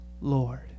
Lord